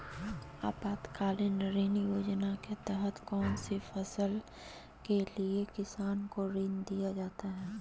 आपातकालीन ऋण योजना के तहत कौन सी फसल के लिए किसान को ऋण दीया जाता है?